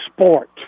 sport